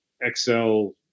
Excel